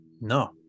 No